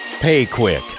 PayQuick